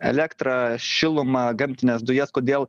elektrą šilumą gamtines dujas kodėl